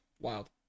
Wild